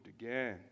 again